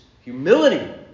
humility